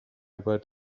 word